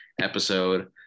episode –